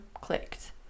clicked